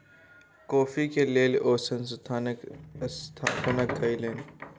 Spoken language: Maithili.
कॉफ़ी के लेल ओ संस्थानक स्थापना कयलैन